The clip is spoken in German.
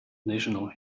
national